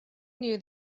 knew